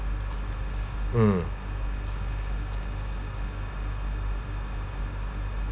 mm